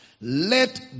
Let